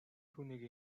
түүнийг